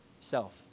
self